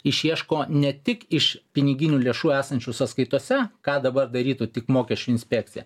išieško ne tik iš piniginių lėšų esančių sąskaitose ką dabar darytų tik mokesčių inspekcija